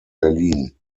berlin